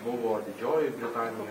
buvo didžiojoj britanijoj